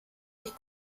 ich